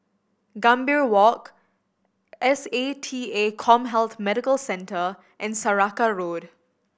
Gambir Walk S A T A CommHealth Medical Centre and Saraca Road